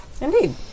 Indeed